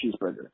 cheeseburger